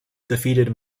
defeated